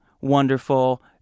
Wonderful